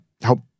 help